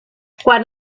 quan